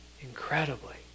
incredibly